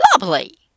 Lovely